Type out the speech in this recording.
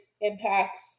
impacts